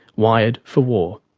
wired for war.